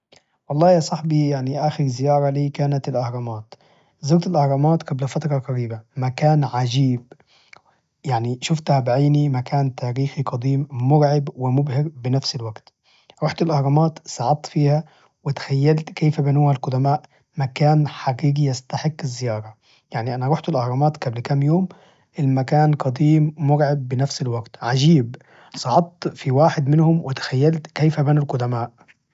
والله يا صاحبي يعني آخر زيارة لي كانت الأهرامات، زرت الأهرامات قبل فترة قريبة، مكان عجيب يعني شفتها بعيني مكان تاريخي قديم مرعب ومبهر بنفس الوقت رحت الأهرامات صعدت فيها وتخيلت كيف بنوها القدماء، مكان حقيقي يستحق الزيارة يعني أنا رحت الأهرامات قبل كم يوم المكان قديم مرعب بنفس الوقت! عجيب صعدت في واحد منهم وتخيلت كيف بنوا القدماء.